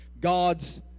God's